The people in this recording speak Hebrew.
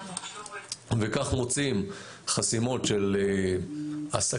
כך מוצאים חסימות של עסקים,